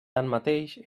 tanmateix